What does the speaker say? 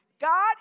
God